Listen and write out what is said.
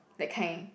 that kind